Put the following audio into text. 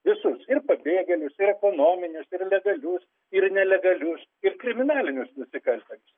visus ir pabėgėlius ir ekonominius ir legalius ir nelegalius ir kriminalinius nusikaltėlius